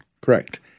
Correct